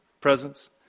presence